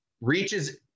reaches